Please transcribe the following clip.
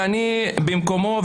ואני במקומו,